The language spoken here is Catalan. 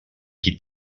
qui